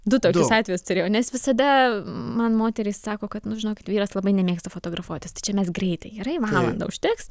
du tokius atvejus turėjau nes visada man moterys sako kad nu žinokit vyras labai nemėgsta fotografuotis tai čia mes greitai gerai valandą užteks